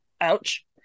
ouch